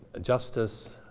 justice,